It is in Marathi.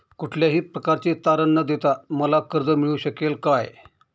कुठल्याही प्रकारचे तारण न देता मला कर्ज मिळू शकेल काय?